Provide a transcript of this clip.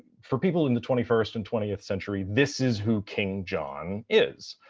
for people in the twenty first and twentieth century this is who king john is,